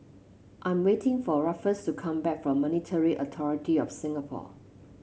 I'm waiting for Ruffus to come back from Monetary Authority Of Singapore